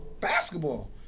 Basketball